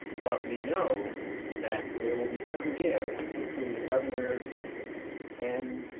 but we know that there will be some give between the governor and,